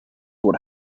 what